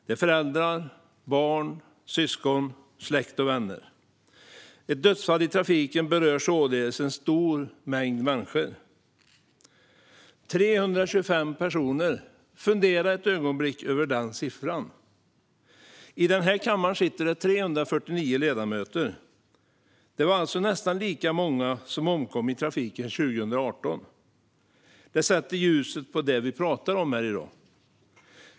Det är föräldrar, barn, syskon, släkt och vänner. Ett dödsfall i trafiken berör således en stor mängd människor. 325 personer; fundera ett ögonblick över den siffran. I den här kammaren sitter det 349 ledamöter. Nästan lika många omkom alltså i trafiken 2018. Det sätter ljuset på det vi pratar om här i dag.